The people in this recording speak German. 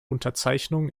unterzeichnung